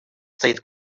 стоит